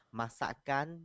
masakan